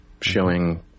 showing